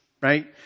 Right